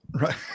Right